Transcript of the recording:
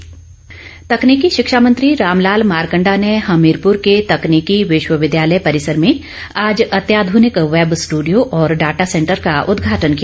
मारकंडा तकनीकी शिक्षा मंत्री रामलाल मारकंडा ने हमीरपुर के तकनीकी विश्वविद्यालय परिसर में आज अत्याध्रनिक वैब स्ट्र्डियो और डाटा सेंटर का उद्घाटन किया